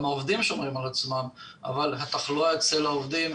גם העובדים שומרים על עצמם אבל התחלואה אצל העובדים,